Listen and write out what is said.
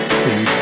see